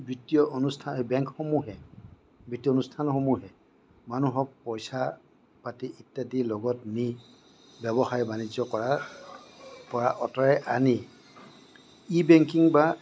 বিত্তীয় অনুষ্ঠান বেংকসমূহে বিত্তীয় অনুষ্ঠানসমূহে মানুহক পইচা পাতি ইত্যাদি লগত নি ব্যৱসায় বাণিজ্য কৰাৰ পৰা আঁতৰাই আনি ই বেংকিং বা